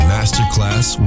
Masterclass